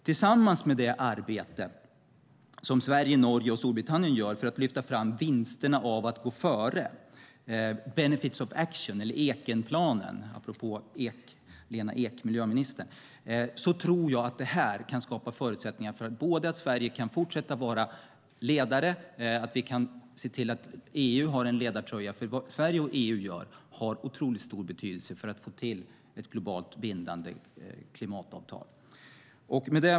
Tillsammans med det arbete som Sverige, Norge och Storbritannien gör för att lyfta fram vinsterna av att gå före, benefits of action, Ekenplanen, apropå Lena Ek, miljöministern, tror jag att det arbetet kan skapa förutsättningar för att Sverige kan fortsätta att vara ledare och se till att EU bär en ledartröja. Vad Sverige och EU gör har otroligt stor betydelse för att få till ett globalt bindande klimatavtal. Herr talman!